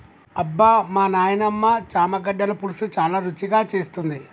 అబ్బమా నాయినమ్మ చామగడ్డల పులుసు చాలా రుచిగా చేస్తుంది